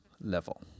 level